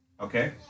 okay